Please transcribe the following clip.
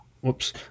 Whoops